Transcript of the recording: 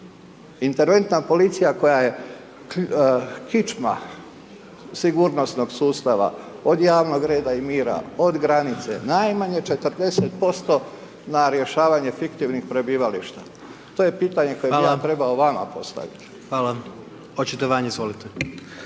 interventna policija, koja je kičma sigurnosnog sustava, od javnog reda i mira, od granice, najmanje 40% na rješavanje fiktivnih prebivališta. To je pitanje koje bi ja trebao vama postaviti.